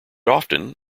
often